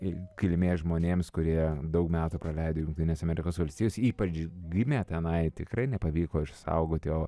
kilmės žmonėms kurie daug metų praleido jungtinėse amerikos valstijose ypač gimė tenai tikrai nepavyko išsaugoti o